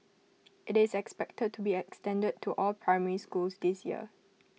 IT is expected to be extended to all primary schools this year